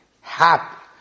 Happy